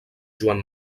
joan